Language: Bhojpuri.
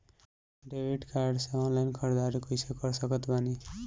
डेबिट कार्ड से ऑनलाइन ख़रीदारी कैसे कर सकत बानी?